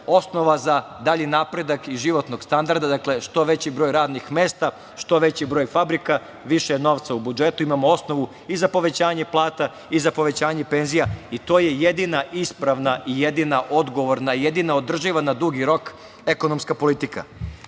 osnova za dalji napredak i životnog standarda, dakle što veći broj radnih mesta, što već broj fabrika, više novca u budžetu. Imamo osnovu i za povećanje plata, i za povećanje penzija, i to je jedina ispravna i jedina odgovorna i jedina održiva na dugi rok ekonomska politika. Oko